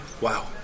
Wow